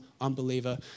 unbeliever